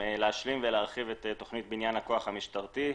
להשלים ולהרחיב את תכנית בניין הכוח המשטרתית.